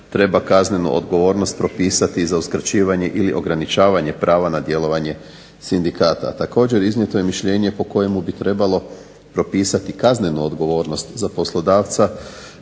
treba kaznenu odgovornost propisati i za uskraćivanje ili ograničavanje prava na djelovanje sindikata. Također iznijeto je mišljenje po kojemu bi trebalo propisati kaznenu odgovornost za poslodavca